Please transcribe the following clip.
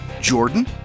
Jordan